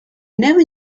never